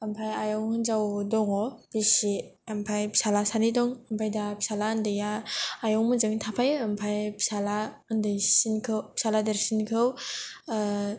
आयं हिनजाव दं बिसि ओमफ्राय फिसाला सानै दं ओमफ्राय दा फिसाला उन्दैया आयं मोनजोंनो थाफायो ओमफ्राय फिसाला देरसिनखौ ओ